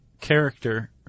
character